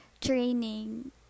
training